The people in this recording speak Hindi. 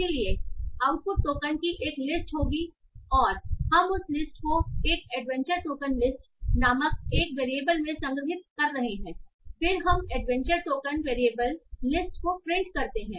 इसलिए आउटपुट टोकन की एक लिस्ट होगी और हम उस लिस्ट को एक एडवेंचर टोकन लिस्ट नामक एक वेरिएबल में संग्रहीत कर रहे हैं फिर हम एडवेंचर टोकन वेरिएबल लिस्ट को प्रिंट करते हैं